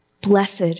Blessed